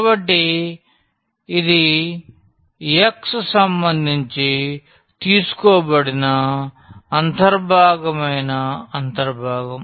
కాబట్టి ఇది x సంబంధించి తీసుకోబడిన అంతర్భాగమైన అంతర్భాగం